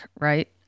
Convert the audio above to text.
Right